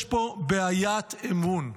יש פה בעיית אמון.